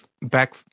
back